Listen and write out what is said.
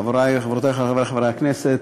חברי וחברותי חברי הכנסת,